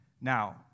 Now